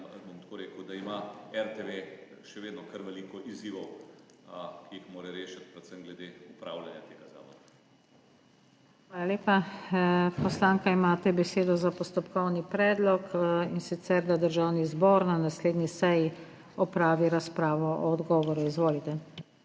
bom tako rekel, da ima RTV še vedno kar veliko izzivov, ki jih mora rešiti, predvsem glede upravljanja tega zavoda. **PODPREDSEDNICA NATAŠA SUKIČ:** Hvala lepa. Poslanka, imate besedo za postopkovni predlog, in sicer da Državni zbor na naslednji seji opravi razpravo o odgovoru. Izvolite.